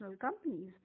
companies